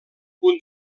punt